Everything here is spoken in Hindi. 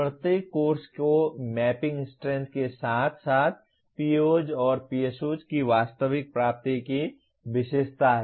प्रत्येक कोर्स को मैपिंग स्ट्रेंथ के साथ साथ POs और PSOs की वास्तविक प्राप्ति की विशेषता है